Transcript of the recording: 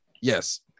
yes